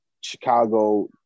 Chicago